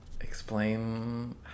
explain